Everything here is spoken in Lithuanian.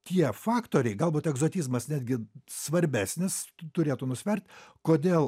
tie faktoriai galbūt egzotizmas netgi svarbesnis turėtų nusvert kodėl